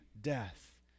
death